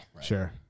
Sure